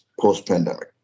post-pandemic